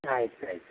ಆಯ್ತು ಆಯ್ತು